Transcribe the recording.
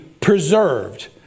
preserved